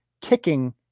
kicking